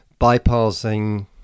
bypassing